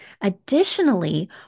Additionally